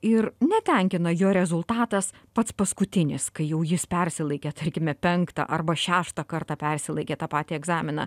ir netenkina jo rezultatas pats paskutinis kai jau jis persilaikė tarkime penktą arba šeštą kartą persilaikė tą patį egzaminą